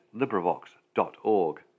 LibriVox.org